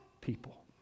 people